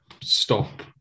Stop